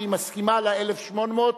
מסכימה ל-1,800,